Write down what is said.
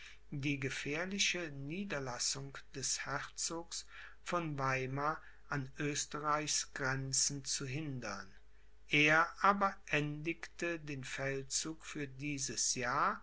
die gefährliche niederlassung des herzogs von weimar an oesterreichs grenzen zu hindern er aber endigte den feldzug für dieses jahr